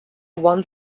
one